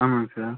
ஆமாங்க சார்